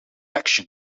action